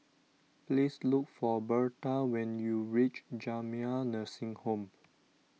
please look for Berta when you reach Jamiyah Nursing Home